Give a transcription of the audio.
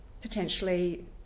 potentially